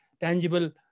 tangible